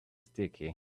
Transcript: sticky